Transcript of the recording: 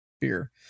beer